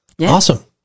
Awesome